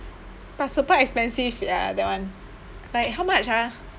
but super expensive sia that one like how much ah